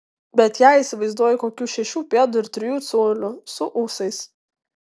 bet ją įsivaizduoju kokių šešių pėdų ir trijų colių su ūsais